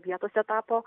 vietose tapo